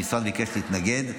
המשרד ביקש להתנגד.